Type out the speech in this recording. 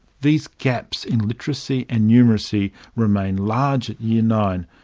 these gaps in literacy and numeracy remain large at year nine,